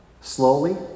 Slowly